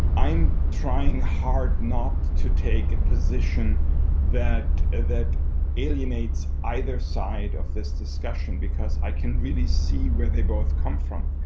i'm trying hard not to take a position that that alienates either side of this discussion, because i can really see where they both come from.